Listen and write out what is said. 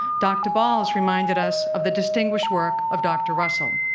dr. bahls reminded us of the distinguished work of dr. russell.